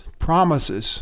promises